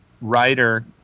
writer